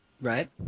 Right